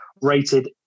rated